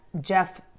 Jeff